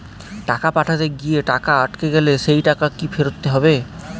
টাকা পাঠাতে গিয়ে টাকা আটকে গেলে সেই টাকা কি ফেরত হবে?